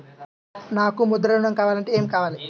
నాకు ముద్ర ఋణం కావాలంటే ఏమి కావాలి?